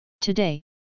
Today